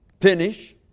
finish